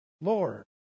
Lord